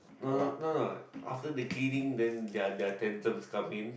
no no no after the cleaning then their their tantrums come in